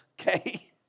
okay